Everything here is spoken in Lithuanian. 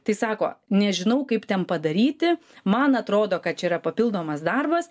tai sako nežinau kaip ten padaryti man atrodo kad čia yra papildomas darbas